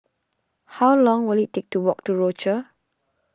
how long will it take to walk to Rochor